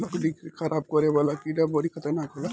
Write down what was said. लकड़ी के खराब करे वाला कीड़ा बड़ी खतरनाक होला